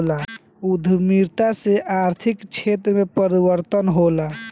उद्यमिता से आर्थिक क्षेत्र में परिवर्तन होला